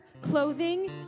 clothing